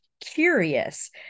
curious